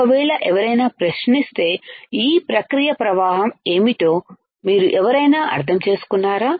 ఒకవేళ ఎవరైనా ప్రశ్నిస్తే ఈ ప్రక్రియ ప్రవాహం ఏమిటో మీరు ఎవరైనా అర్థం చేసుకున్నారా